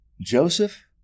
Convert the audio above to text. Joseph